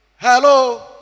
hello